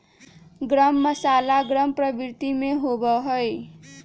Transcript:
गर्म मसाला गर्म प्रवृत्ति के होबा हई